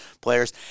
players